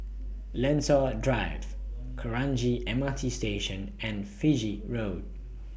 Lentor Drive Kranji M R T Station and Fiji Road